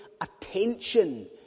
attention